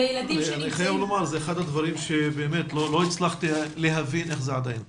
אני חייב לומר שזה אחד הדברים שבאמת לא הצלחתי להבין איך זה עדיין קורה.